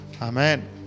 Amen